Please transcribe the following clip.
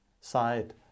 side